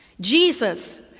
Jesus